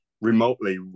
remotely